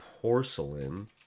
Porcelain